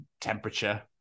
temperature